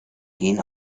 gehen